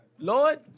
Lord